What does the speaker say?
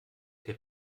der